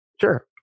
Sure